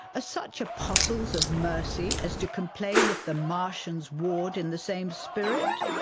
ah such apostles of mercy as to complain if the martians warred in the same spirit?